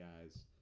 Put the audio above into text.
guys